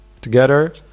together